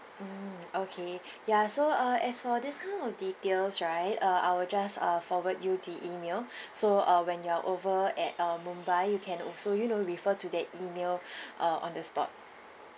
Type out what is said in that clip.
mm okay ya so uh as for this kind of details right uh I will just uh forward you the email so uh when you are over at uh mumbai you can also you know refer to that email uh on the spot